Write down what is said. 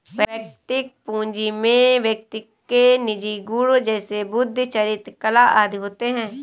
वैयक्तिक पूंजी में व्यक्ति के निजी गुण जैसे बुद्धि, चरित्र, कला आदि होते हैं